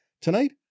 Tonight